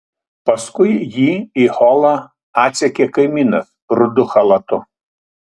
paskui jį į holą atsekė kaimynas rudu chalatu